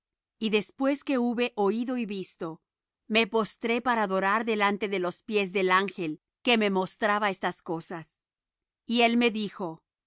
y después que hube oído y visto me postré para adorar delante de los pies del ángel que me mostraba estas cosas y él me dijo